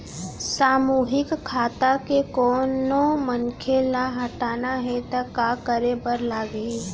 सामूहिक खाता के कोनो मनखे ला हटाना हे ता काय करे बर लागही?